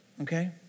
okay